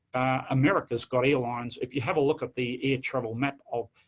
america's got airlines. if you have a look at the air-travel map of,